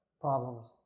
problems